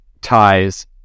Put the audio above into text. ties